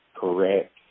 correct